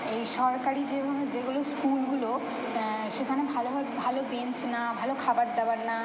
এই সরকারি যেগুনো যেগুলো স্কুলগুলো সেখানে ভালোভাবে ভালো বেঞ্চ না ভালো খাবার দাবার না